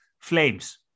flames